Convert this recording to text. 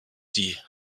die